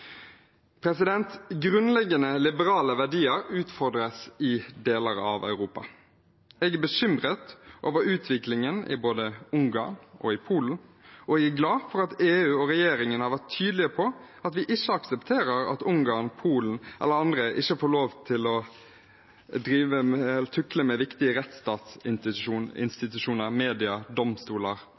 Grunnleggende liberale verdier utfordres i deler av Europa. Jeg er bekymret over utviklingen i både Ungarn og i Polen, og jeg er glad for at EU og regjeringen har vært tydelig på at vi ikke aksepterer at Ungarn, Polen eller andre får lov til å tukle med viktige rettsstatsinstitusjoner, medier, domstoler